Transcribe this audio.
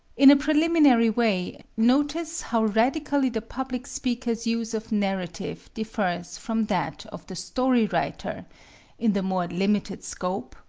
in a preliminary way, notice how radically the public speaker's use of narrative differs from that of the story-writer in the more limited scope,